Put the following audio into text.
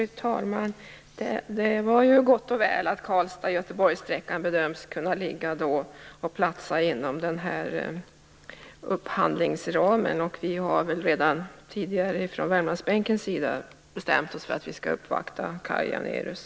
Fru talman! Det var ju gott och väl att sträckan Karlstad-Göteborg bedöms kunna platsa inom upphandlingsramen. Vi på Värmlandsbänken har redan tidigare bestämt oss för att uppvakta Kaj Janérus.